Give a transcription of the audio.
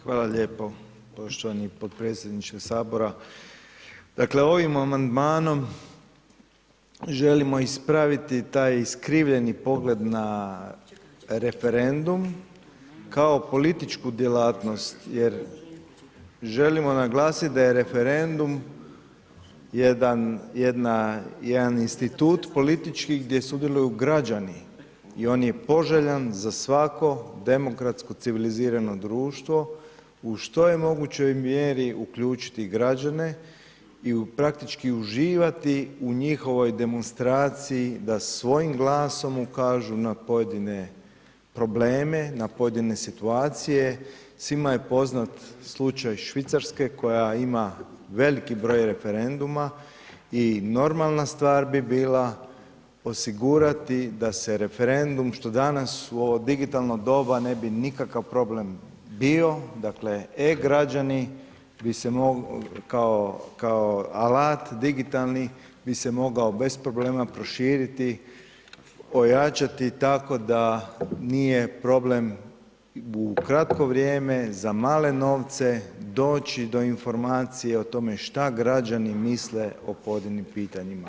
Hvala lijepo poštovani podpredsjedniče sabora, dakle ovim amandmanom želimo ispraviti taj iskrivljeni pogled na referendum kao političku djelatnost jer želimo naglasit da je referendum jedan, jedna, jedan institut politički gdje sudjeluju građani i on je poželjan za svako demokratsko civilizirano društvo u što je mogućoj mjeri uključiti građane i praktički uživati u njihovoj demonstraciji da svojim glasom ukažu na pojedine probleme, na pojedine situacije svima je poznat slučaj Švicarske koja ima veliki broj referenduma i normalna stvar bi bila osigurati da se referendum, što danas u ovo digitalno doba ne bi nikakav problem bio, dakle, e-Građani bi se moglo kao alat digitalni bi se mogao bez problema proširiti, ojačati tako da nije problem u kratko vrijeme za male novce doći do informacija o tome što građani misle o pojedinim pitanjima.